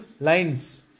lines